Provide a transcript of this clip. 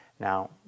Now